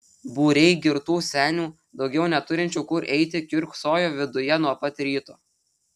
būriai girtų senių daugiau neturinčių kur eiti kiurksojo viduje nuo pat ryto